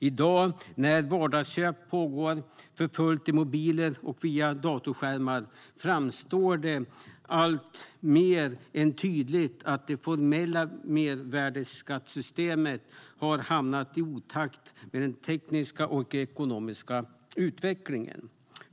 I dag, när vardagsköp pågår för fullt i mobiler och vid datorskärmar, framstår det alltmer tydligt att det formella mervärdesskattesystemet har hamnat i otakt med den tekniska och ekonomiska utvecklingen.